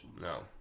No